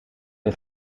hun